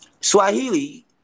Swahili